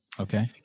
Okay